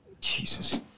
Jesus